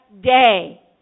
day